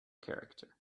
character